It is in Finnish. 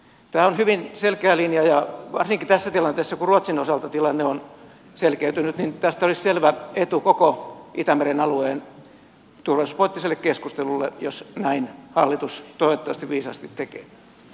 tämä on hyvin selkeä linja ja varsinkin tässä tilanteessa kun ruotsin osalta tilanne on selkeytynyt tästä olisi selvä etu koko itämeren alueen turvallisuuspoliittiselle keskustelulle jos näin hallitus toivottavasti viisaasti tekee